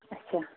اَچھا